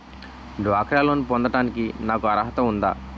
డ్వాక్రా లోన్ పొందటానికి నాకు అర్హత ఉందా?